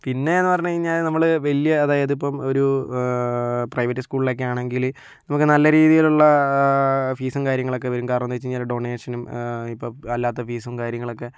പിന്നെയെന്ന് പറഞ്ഞു കഴിഞ്ഞാൽ നമ്മൾ വലിയ അതായതിപ്പോൾ ഒരു പ്രൈവറ്റ് സ്കൂളിലൊക്കെയാണെങ്കിൽ നമുക്ക് നല്ല രീതിയിലുള്ള ഫീസും കാര്യങ്ങളൊക്കെ വരും കാരണമെന്ന് വെച്ച് കഴിഞ്ഞാൽ ഡൊണേഷനും ഇപ്പോൾ അല്ലാത്ത ഫീസും കാര്യങ്ങളൊക്കെ